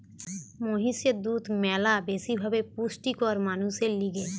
মহিষের দুধ ম্যালা বেশি ভাবে পুষ্টিকর মানুষের লিগে